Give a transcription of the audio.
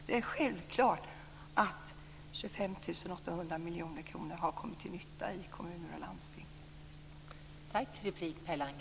Det är självklart att 25 800 miljoner kronor har kommit till nytta i kommuner och landsting.